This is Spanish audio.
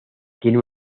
tienen